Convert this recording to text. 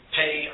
pay